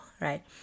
right